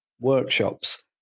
workshops